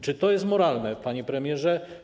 Czy to jest moralne, panie premierze?